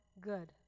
good